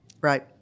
Right